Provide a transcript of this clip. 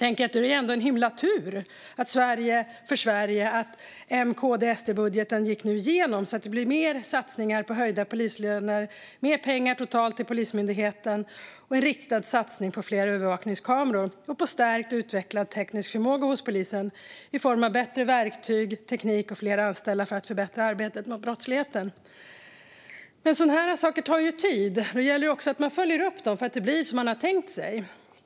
Det är ändå en himla tur för Sverige att M-KD-SD-budgeten gick igenom så att det blir mer satsningar på höjda polislöner, mer pengar totalt till Polismyndigheten, en riktad satsning på fler övervakningskameror och på stärkt utvecklad teknisk förmåga hos polisen i form av bättre verktyg, teknik och fler anställda för att förbättra arbetet mot brottsligheten. Men sådana saker tar tid. Det gäller också att följa upp dem så att de blir som man har tänkt sig.